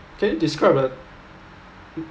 can you describe a